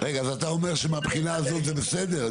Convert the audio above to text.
רגע, אז אתה אומר שמהבחינה הזאת זה בסדר?